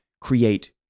create